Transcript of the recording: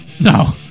No